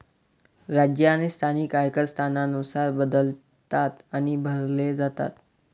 राज्य आणि स्थानिक आयकर स्थानानुसार बदलतात आणि भरले जातात